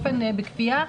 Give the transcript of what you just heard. בכפייה,